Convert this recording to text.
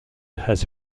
has